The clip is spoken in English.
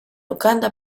uganda